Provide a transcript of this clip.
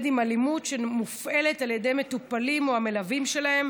עם אלימות שמופעלת על ידי מטופלים או המלווים שלהם